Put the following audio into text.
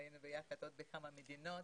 והיינו יחד בעוד כמה מדינות.